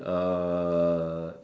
uh